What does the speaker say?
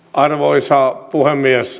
arvoisa puhemies